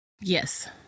Yes